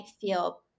feel